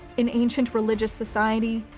an ancient religious society,